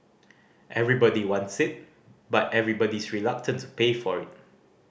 everybody wants it but everybody's reluctant to pay for it